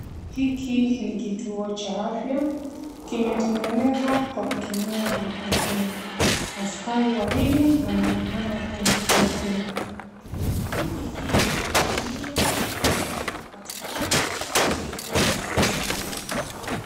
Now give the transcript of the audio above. Hiki ni kituo cha afya. Kimetengenezwa kwa kutumia makontena. Askari wawili wanaonekana wakielekea upande huo. Juhudi hii inanuia kusongesha matibabu karibu na wananchi wa mbali.